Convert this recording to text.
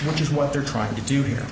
which is what they're trying to do here